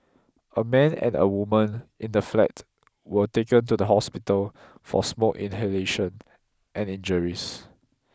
a man and a woman in the flat were taken to the hospital for smoke inhalation and injuries